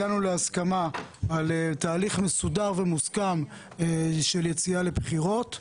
הגענו להסכמה על תהליך מסודר ומוסכם של יציאה לבחירות.